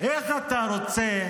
איך אתה רוצה